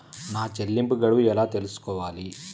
నా చెల్లింపు గడువు ఎలా తెలుసుకోవాలి?